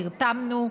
נרתמנו,